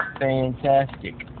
fantastic